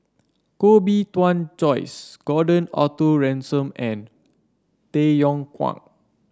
Koh Bee Tuan Joyce Gordon Arthur Ransome and Tay Yong Kwang